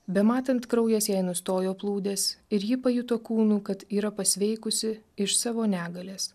bematant kraujas jai nustojo plūdęs ir ji pajuto kūnu kad yra pasveikusi iš savo negalės